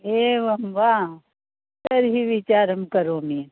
एवं वा तर्हि विचारं करोमि